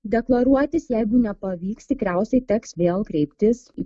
deklaruotis jeigu nepavyks tikriausiai teks vėl kreiptis į